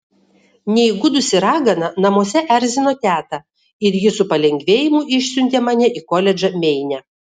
neįgudusi ragana namuose erzino tetą ir ji su palengvėjimu išsiuntė mane į koledžą meine